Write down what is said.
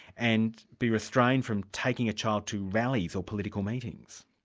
and be restrained from taking a child to rallies or political meetings.